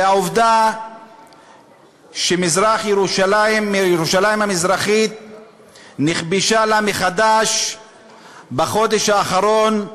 והעובדה שירושלים המזרחית נכבשה לה מחדש בחודש האחרון,